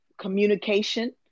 communication